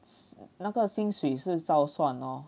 那个薪水是照算哦